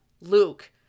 Luke